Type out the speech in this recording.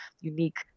unique